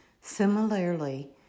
Similarly